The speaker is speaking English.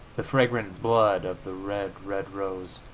the fragrant blood of the red, red rose.